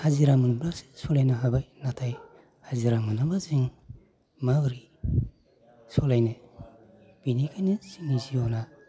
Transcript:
हाजिरा मोनबासो सलायनो हाबाय नाथाय हाजिरा मोनाब्ला जों माबोरै सलायनो बिनिखायनो जोंनि जिब'ना